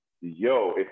yo